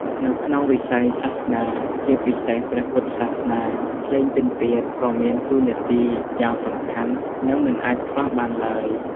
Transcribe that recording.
នៅក្នុងវិស័យសាសនា ជាពិសេសព្រះពុទ្ធសាសនា ភ្លេងពិណពាទ្យក៏មានតួនាទីយ៉ាងសំខាន់ និងមិនអាចខ្វះបានឡើយ។